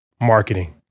marketing